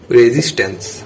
resistance